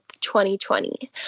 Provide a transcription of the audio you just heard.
2020